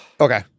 Okay